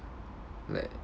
like